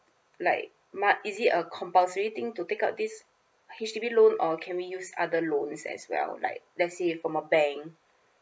like mu~ is it a compulsory thing to take out this H_D_B loan or can we use other loans as well like let's say if from a bank